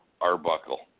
Arbuckle